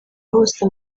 hose